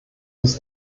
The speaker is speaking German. ist